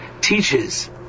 teaches